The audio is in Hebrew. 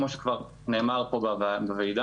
כמו שכבר נאמר פה בוועדה.